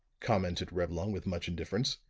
commented reblong with much indifference.